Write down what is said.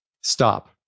stop